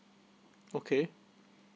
okay